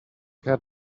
had